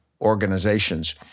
organizations